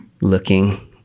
looking